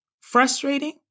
frustrating